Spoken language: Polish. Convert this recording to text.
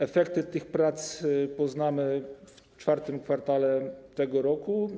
Efekty tych prac poznamy w IV kwartale tego roku.